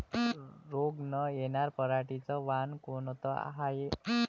रोग न येनार पराटीचं वान कोनतं हाये?